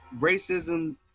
racism